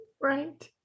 Right